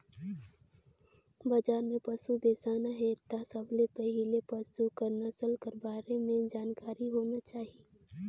बजार में पसु बेसाना हे त सबले पहिले पसु कर नसल कर बारे में जानकारी होना चाही